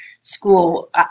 school